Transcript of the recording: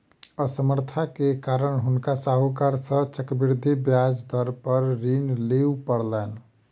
असमर्थता के कारण हुनका साहूकार सॅ चक्रवृद्धि ब्याज दर पर ऋण लिअ पड़लैन